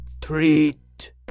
Treat